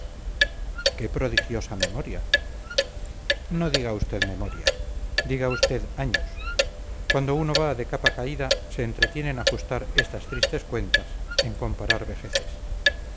qué prodigiosa memoria no diga usted memoria diga usted años cuando uno va de capa caída se entretiene en ajustar estas tristes cuentas en comparar vejeces